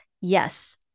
Yes